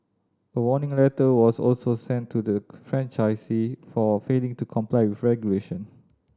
a warning letter was also sent to the franchisee for failing to comply with regulation